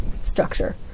structure